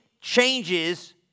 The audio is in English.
changes